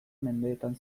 mendeetan